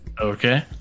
okay